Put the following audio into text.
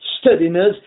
steadiness